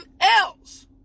else